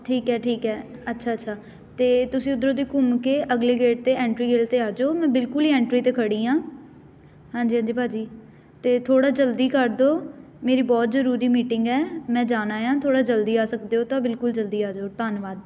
ਠੀਕ ਹੈ ਠੀਕ ਹੈ ਅੱਛਾ ਅੱਛਾ ਅਤੇ ਤੁਸੀਂ ਉੱਧਰੋਂ ਦੀ ਘੁੰਮ ਕੇ ਅਗਲੇ ਗੇਟ 'ਤੇ ਐਂਟਰੀ ਗੇਟ 'ਤੇ ਆ ਜਾਓ ਮੈਂ ਬਿਲਕੁਲ ਹੀ ਐਂਟਰੀ 'ਤੇ ਖੜ੍ਹੀ ਹਾਂ ਹਾਂਜੀ ਹਾਂਜੀ ਭਾਅ ਜੀ ਅਤੇ ਥੋੜ੍ਹਾ ਜਲਦੀ ਕਰ ਦਿਉ ਮੇਰੀ ਬਹੁਤ ਜ਼ਰੂਰੀ ਮੀਟਿੰਗ ਹੈ ਮੈਂ ਜਾਣਾ ਆ ਥੋੜ੍ਹਾ ਜਲਦੀ ਆ ਸਕਦੇ ਹੋ ਤਾਂ ਬਿਲਕੁਲ ਜਲਦੀ ਆ ਜਾਓ ਧੰਨਵਾਦ